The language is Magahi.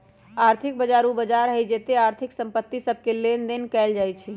आर्थिक बजार उ बजार होइ छइ जेत्ते आर्थिक संपत्ति सभके लेनदेन कएल जाइ छइ